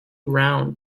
round